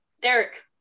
Derek